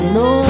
no